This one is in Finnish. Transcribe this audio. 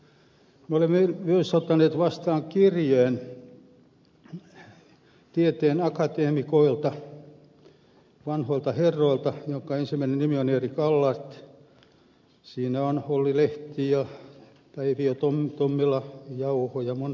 me olemme myös ottaneet vastaan kirjeen tieteen akateemikoilta vanhoilta herroilta joista ensimmäisen nimi on erik allardt ja siinä on olli lehti ja päiviö tommila jauho ja monta muuta